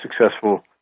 successful